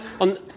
on